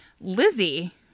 Lizzie